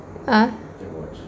ah